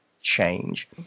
change